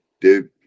dude